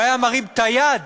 שהיה מרים את היד